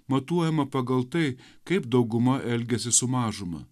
matuojama pagal tai kaip dauguma elgiasi su mažuma